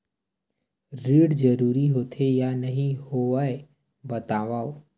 ऋण जरूरी होथे या नहीं होवाए बतावव?